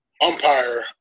umpire